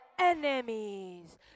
enemies